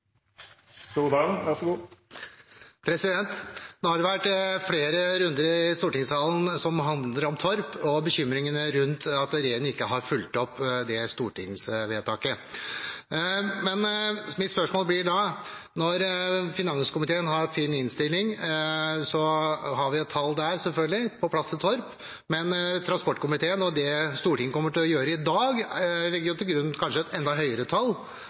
har vært flere runder i stortingssalen som har handlet om Torp og bekymringene rundt at regjeringen ikke har fulgt opp det stortingsvedtaket. Når finanskomiteen har avgitt sin innstilling, har vi selvfølgelig et tall på plass til Torp der, men transportkomiteen og det Stortinget kommer til å gjøre i dag, legger kanskje til grunn et enda høyere tall, der man peker på de prognosene Torp selv skisserer. Kanskje